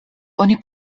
oni